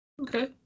Okay